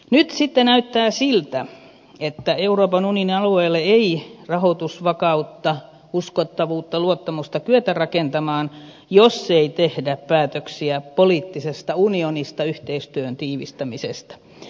nyt sitten näyttää siltä että euroopan unionin alueelle ei rahoitusvakautta uskottavuutta luottamusta kyetä rakentamaan jos ei tehdä päätöksiä poliittisesta unionista yhteistyön tiivistämisestä